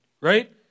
Right